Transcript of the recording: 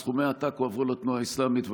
סכומי עתק הועברו לתנועה האסלאמית.